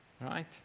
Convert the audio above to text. Right